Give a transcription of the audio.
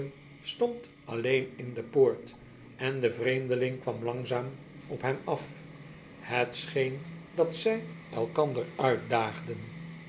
stond alleen in de poort en de vreemdeling kwam langzaam op hem af het scheen dat zij elkander uitdaagden